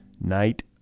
Night